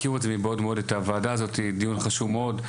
הכירו מבעוד מועד את הוועדה הזאת, דיון חשוב מאוד.